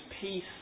peace